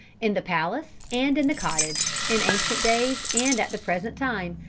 in the palace and in the cottage, in ancient days and at the present time,